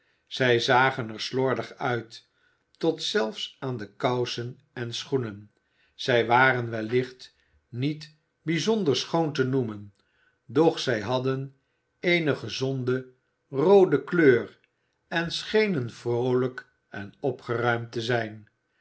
zij zagen er slordig uit tot zelfs aan de kousen en schoenen zij waren wellicht niet bijzonder schoon te noemen doch zij hadden eene gezonde roode kleur en schenen vroolijk en opgeruimd te zijn